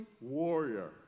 warrior